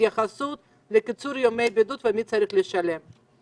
התייחסות לקיצור ימי בידוד ומי צריך לשלם על כך.